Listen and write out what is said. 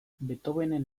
beethovenen